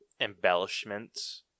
embellishments